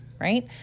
right